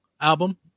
album